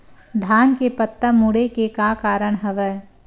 धान के पत्ता मुड़े के का कारण हवय?